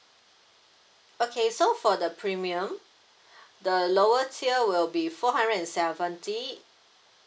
okay so for the premium the lower tier will be four hundred and seventy